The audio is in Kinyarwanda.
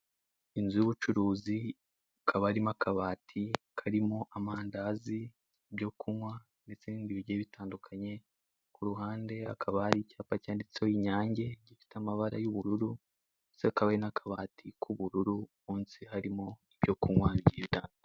Inzu y'ubucuruzi, ikaba irimo akabati karimo amandazi, ibyo kunywa ndetse n'ibindi bigiye bitandukanye. Ku ruhande hakaba hari icyapa cyanditseho inyange, gifite amabara y'ubururu; ndetse hakaba hari n'akabati k'ubururu, munsi harimo ibyo kunywa bigiye bitandukanye.